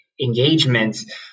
engagements